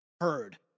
heard